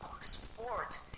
support